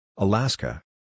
Alaska